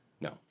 No